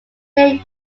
day